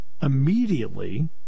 immediately